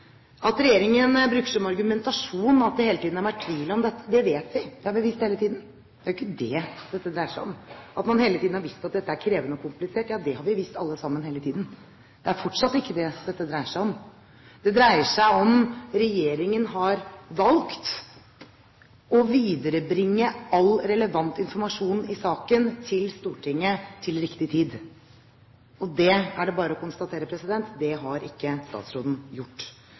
Regjeringen bruker som argumentasjon at det hele tiden har vært tvil om dette. Det vet vi. Det har vi visst hele tiden. Det er ikke det dette dreier seg om. At man hele tiden har visst at dette er krevende og komplisert, ja det har vi visst alle sammen hele tiden. Det er fortsatt ikke det dette dreier seg om. Det dreier seg om hvorvidt regjeringen har valgt å viderebringe all relevant informasjon i saken til Stortinget til riktig tid. Og det er bare å konstatere at det har ikke statsråden gjort.